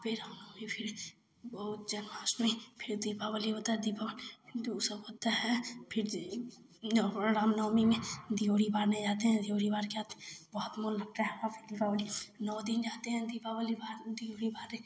फिर रामनवमी फिर बहुत जन्माष्टमी फिर दीपावली होती है दीपावली वह सब होता है फिर रामनवमी में दिओरी बाँधी जाती है दिओरी बाँधकर आते हैं बहुत मन लगता है वहाँ पर दीपावली नौ दिन रहती हैं दीपावली बाद दिओरी बाँध